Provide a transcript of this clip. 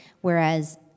Whereas